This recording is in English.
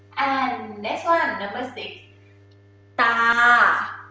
and next one, number six. ah